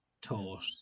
taught